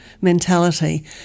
mentality